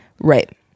Right